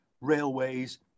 railways